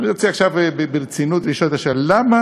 אני רוצה עכשיו ברצינות לשאול את השאלה: